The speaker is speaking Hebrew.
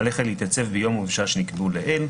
עליך להתייצב ביום ובשעה שנקבעו לעיל,